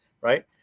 Right